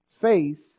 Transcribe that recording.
faith